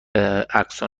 اقصا